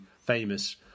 famous